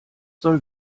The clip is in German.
soll